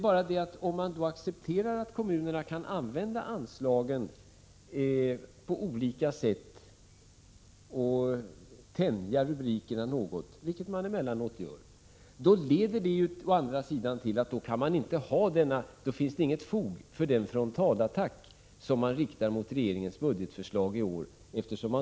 Men om man nu accepterar att kommunerna kan använda anslagen på olika sätt genom att tänja rubrikerna något, vilket de emellanåt gör, då leder det å andra sidan till att det inte finns något fog för den frontalattack som riktas mot regeringens budgetförslag i år.